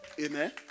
Amen